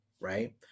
right